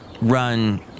run